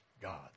God